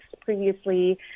previously